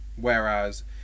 whereas